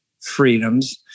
freedoms